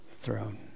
throne